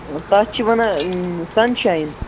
تَتھ چھِ وَنان سَن شایِن